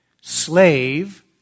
slave